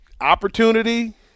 Opportunity